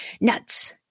NUTS